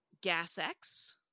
Gas-X